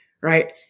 right